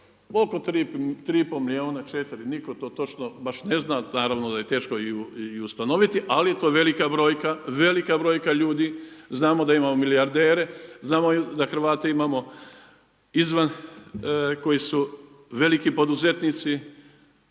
3 i pol milijuna, 4, nitko to točno baš ne zna. Naravno da je teško i ustanoviti ali to je velika brojka, velika brojka ljudi. Znamo da imamo milijardere, znamo da Hrvate imamo izvan koji su veliki poduzetnici.